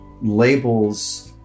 Labels